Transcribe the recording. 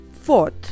fourth